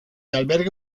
alberga